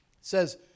says